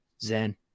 Zen